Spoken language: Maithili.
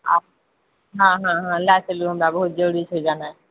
आ हँ हँ हँ लए चलु हमरा बहुत जरुरी छै जेनाइ